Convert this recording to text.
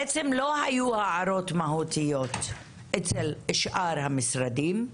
בעצם לא היו הערות מהותיות אצל שאר המשרדים.